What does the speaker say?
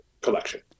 collection